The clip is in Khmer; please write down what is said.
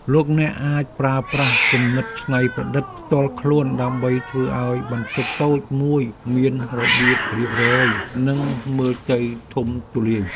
លោកអ្នកអាចប្រើប្រាស់គំនិតច្នៃប្រឌិតផ្ទាល់ខ្លួនដើម្បីធ្វើឱ្យបន្ទប់តូចមួយមានរបៀបរៀបរយនិងមើលទៅធំទូលាយ។